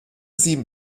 sieben